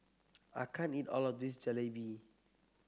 I can't eat all of this Jalebi